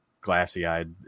glassy-eyed